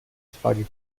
frage